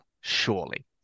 surely